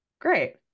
great